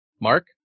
Mark